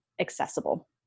accessible